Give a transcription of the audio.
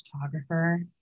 photographer